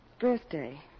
birthday